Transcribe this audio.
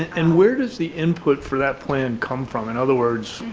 and where does the input for that plan come from, in other words,